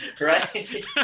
Right